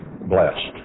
blessed